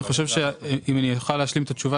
אני חושב שאם אני אוכל להשלים את התשובה